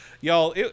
Y'all